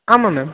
ஆமாம் மேம்